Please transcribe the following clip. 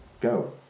Go